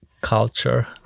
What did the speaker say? culture